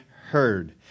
heard